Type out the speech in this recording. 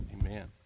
Amen